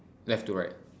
left to right